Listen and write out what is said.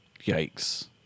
Yikes